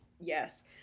Yes